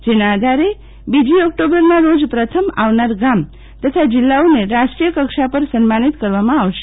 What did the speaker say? જેના આધારે બીજી ઓક્ટોમ્બરના રોજ પ્રથમ આવનાર ગામ તથા જિલ્લાઓને રાષ્ટ્રીય કક્ષા પર સન્માનિત કરવામાં આવશે